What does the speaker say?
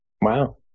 Wow